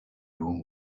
room